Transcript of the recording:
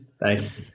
Thanks